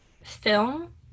film